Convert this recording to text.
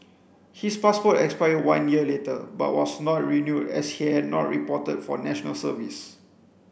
his passport expired one year later but was not renewed as he had not reported for National Service